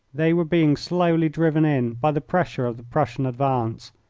they were being slowly driven in by the pressure of the prussian advance.